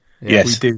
yes